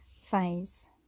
phase